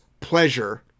pleasure